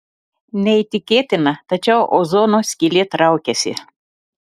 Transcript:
neįtikėtina tačiau ozono skylė traukiasi